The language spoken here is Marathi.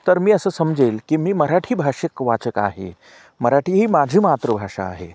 तर मी असं समजेल की मी मराठी भाषिक वाचक आहे मराठी ही माझी मातृभाषा आहे